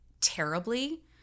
terribly